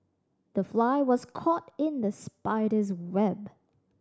the fly was caught in the spider's web